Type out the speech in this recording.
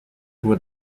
with